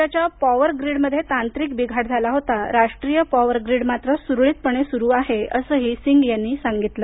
राज्याच्या पॉवर ग्रीडमध्ये तांत्रिक बिघाड झाला होता राष्ट्रीय पॉवर ग्रीड मात्र सुरळीतपणे सुरू आहे असंही सिंग यांनी सागितलं